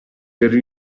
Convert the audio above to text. per